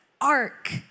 ark